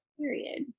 period